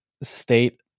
state